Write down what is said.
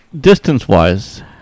Distance-wise